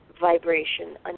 vibration